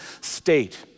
state